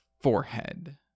forehead